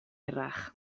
hirach